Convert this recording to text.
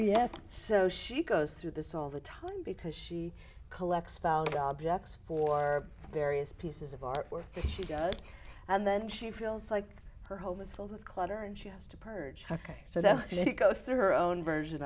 yes so she goes through this all the time because she collects found objects for various pieces of artwork she does and then she feels like her home is filled with clutter and she has to purge ok so that she goes through her own version